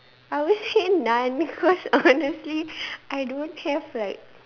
I always say none cause honestly I don't have like